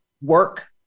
work